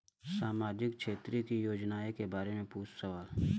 सामाजिक क्षेत्र की योजनाए के बारे में पूछ सवाल?